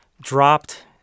dropped